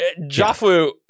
Jafu